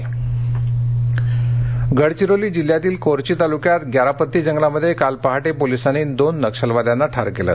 नक्षलवादी गडचिरोली गडचिरोली जिल्ह्यातील कोरची तालुक्यात ग्यारापत्ती जंगलामध्ये काल पहाटे पोलिसांनी दोन नक्षलवद्यांना ठार केलं